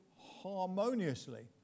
harmoniously